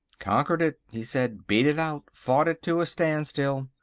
conquered it, he said, beat it out! fought it to a standstill!